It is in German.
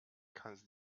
kannst